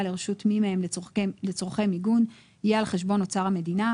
לרשות מי מהם לצורכי מיגון יהיה על מיגוןחשבון אוצר המדינה.